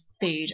food